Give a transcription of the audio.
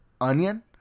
onion